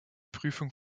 prüfung